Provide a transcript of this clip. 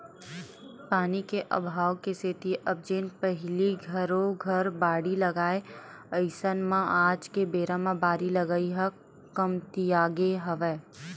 पानी के अभाव के सेती अब जेन पहिली घरो घर बाड़ी लगाय अइसन म आज के बेरा म बारी लगई ह कमतियागे हवय